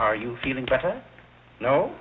are you feeling better no